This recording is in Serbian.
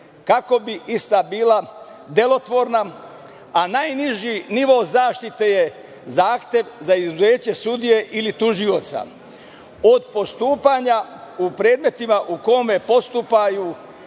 kako bi ista bila delotvorna, a najniži nivo zaštite je zahtev za izuzeće sudije ili tužioca od postupanja u predmetima u kome postupaju,